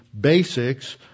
basics